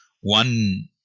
one